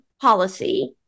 policy